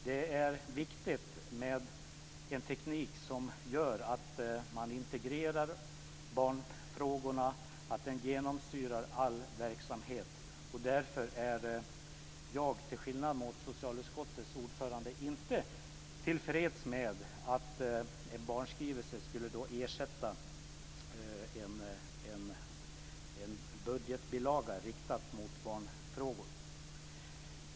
Det är viktigt med en teknik som gör att man integrerar barnfrågorna, att de genomsyrar all verksamhet. Därför är jag till skillnad mot socialutskottets ordförande inte till freds med att en barnskrivelse skulle ersätta en budgetbilaga inriktad på barnfrågor.